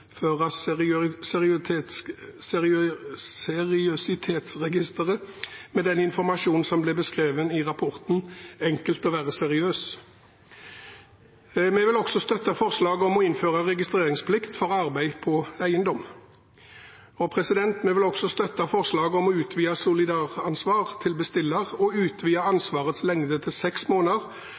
med den informasjonen som ble beskrevet i rapporten Enkelt å være seriøs. Vi vil også støtte forslaget om å innføre registreringsplikt for arbeid på eiendom, forslaget om å utvide solidaransvar til bestiller og utvide ansvarets lengde til seks måneder